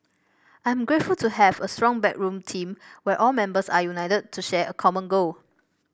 I'm grateful to have a strong backroom team where all members are united to share a common goal